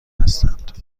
هستند